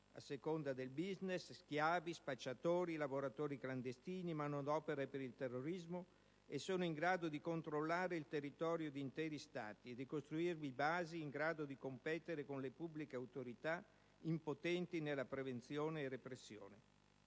a seconda del *business*, schiavi, spacciatori, lavoratori clandestini, manodopera per il terrorismo, e sono in grado di controllare il territorio di interi Stati e di costruirvi basi in grado di competere con le pubbliche autorità impotenti nella prevenzione e repressione.